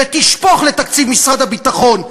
ותשפוך לתקציב משרד הביטחון,